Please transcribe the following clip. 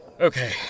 okay